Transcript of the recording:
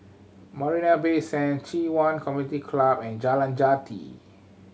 Marina Bay Sand Ci Yuan Community Club and Jalan Jati